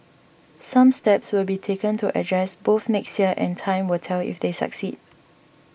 some steps will be taken to address both next year and time will tell if they succeed